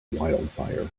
wildfire